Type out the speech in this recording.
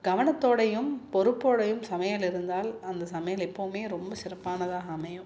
கவனத்தோடையும் பொறுப்போடையும் சமையல் இருந்தால் அந்த சமையல் எப்போதுமே ரொம்ப சிறப்பானதாக அமையும்